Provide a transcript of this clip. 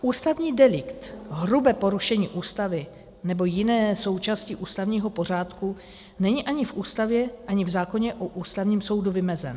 Ústavní delikt hrubé porušení Ústavy nebo jiné součásti ústavního pořádku není ani v Ústavě ani v zákoně o Ústavním soudu vymezen.